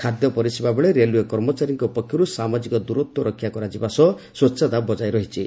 ଖାଦ୍ୟ ପରିଷିବା ବେଳେ ରେଲୱ୍ବେ କର୍ମଚାରୀଙ୍କ ପକ୍ଷରୁ ସାମାଜିକ ଦୂରିତ୍ୱ ରକ୍ଷା କରାଯିବା ସହ ସ୍ୱଚ୍ଛତା ବଜାୟ ରହିଚି